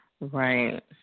Right